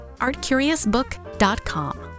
artcuriousbook.com